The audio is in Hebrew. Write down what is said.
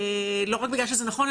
לא רק בגלל שזה נכון,